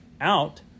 out